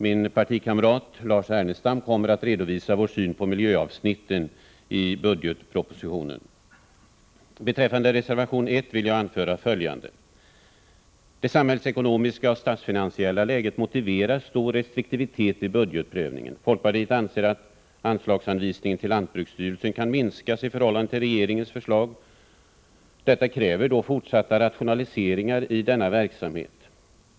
Min partikamrat Lars Ernestam kommer att redovisa vår syn på miljöavsnitten i budgetpropositionen. Beträffande reservation 1 vill jag anföra följande. Det samhällsekonomiska och statsfinansiella läget motiverar stor restriktivitet vid budgetprövningen. Folkpartiet anser att anslagsanvisningen till lantbruksstyrelsen kan minskas i förhållande till regeringens förslag. Detta kräver fortsatta rationaliseringar i denna verksamhet.